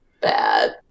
Bad